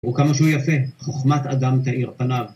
או כמה שהוא יפה, חוכמת אדם תאיר פניו.